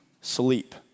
sleep